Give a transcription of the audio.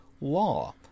law